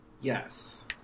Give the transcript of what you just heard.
Yes